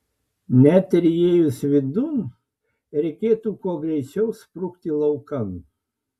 net ir įėjus vidun reikėtų kuo greičiau sprukti laukan